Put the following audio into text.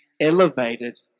elevated